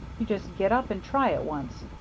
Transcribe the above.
you just get up and try it once.